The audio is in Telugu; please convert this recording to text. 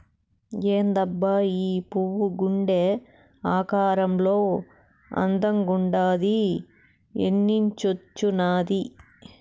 ఏందబ్బా ఈ పువ్వు గుండె ఆకారంలో అందంగుండాది ఏన్నించొచ్చినాది